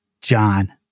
John